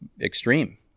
extreme